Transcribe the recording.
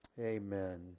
Amen